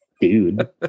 dude